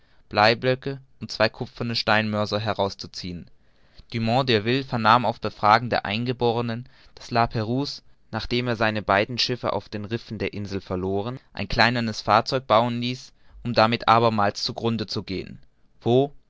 acht bleiblöcke und zwei kupferne steinmörser heraus zu ziehen dumont d'urville vernahm auf befragen der eingeborenen daß la prouse nachdem er seine beiden schiffe auf den rissen der insel verloren ein kleineres fahrzeug bauen ließ um damit abermals zu grunde zu gehen wo